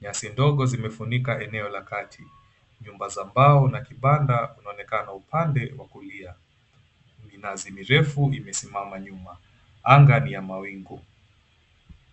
Nyasi ndogo zimefunika eneo la kati. Nyumba za mbao na kibanda vinaonekana upande wa kulia. Minazi mirefu imesimama nyuma. Anga ni ya mawingu.